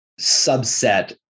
subset